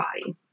body